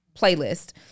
playlist